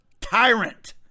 tyrant